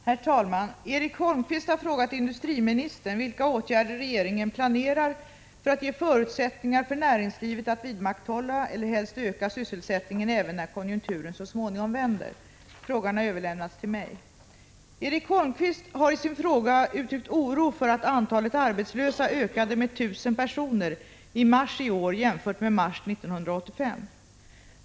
Herr talman! Erik Holmkvist har frågat industriministern vilka åtgärder regeringen planerar för att ge förutsättningar för näringslivet att vidmakthålla eller helst öka sysselsättningen även när konjunkturen så småningom vänder. Frågan har överlämnats till mig. Erik Holmkvist har i sin fråga uttryckt oro för att antalet arbetslösa ökade med 1 000 personer i mars i år, jämfört med mars 1985.